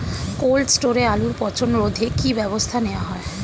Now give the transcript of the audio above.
Cold স্টোরে আলুর পচন রোধে কি ব্যবস্থা নেওয়া হয়?